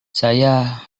saya